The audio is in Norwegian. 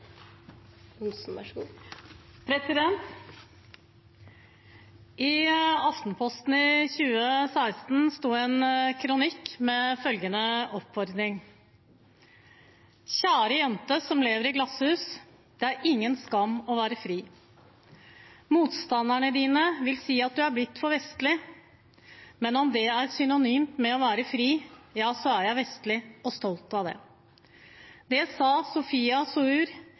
I Aftenposten i 2016 sto det en kronikk med følgende oppfordring: «Kjære jente som lever i glasshus: Det er ingen skam å være fri! Motstanderne dine vil si at du er blitt for vestlig. Men om det er synonymt med å være fri, så er jeg vestlig – og stolt av det.» Det sa Sofia